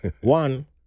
One